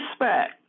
respect